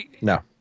No